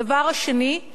הדבר השני הוא